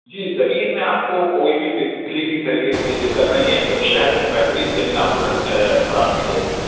جی زمین میں آپ کو کوئی بھی کسی بھی طریقے کی کوئی دقت نہیں ہے ایک دم شہر میں بہترین زمین آپ کو فراہم کی جائے گی